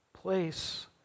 place